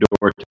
door